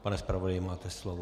Pane zpravodaji, máte slovo.